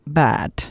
bad